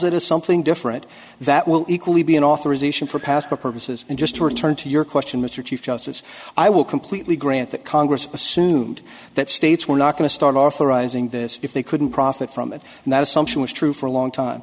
it is something different that will equally be an authorization for past purposes and just to return to your question mr chief justice i will completely grant that congress assumed that states were not going to start authorizing this if they couldn't profit from it and that assumption was true for a long time